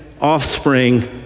offspring